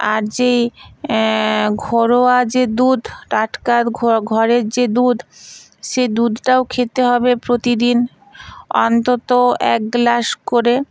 আর যেই ঘরোয়া যে দুধ টাটাকা ঘরের যে দুধ সে দুধটাও খেতে হবে প্রতিদিন অন্তত এক গ্লাস করে